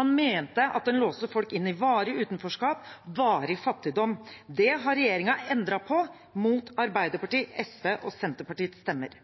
Han mente at den låste folk inn i varig utenforskap, varig fattigdom. Det har regjeringen endret på, mot Arbeiderpartiets, SVs og Senterpartiets stemmer.